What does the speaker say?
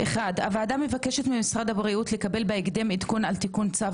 1. הוועדה מבקשת ממשרד הבריאות לקבל בהקדם עדכון על תיקון צו